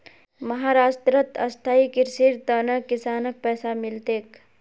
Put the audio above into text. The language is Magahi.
महाराष्ट्रत स्थायी कृषिर त न किसानक पैसा मिल तेक